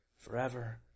forever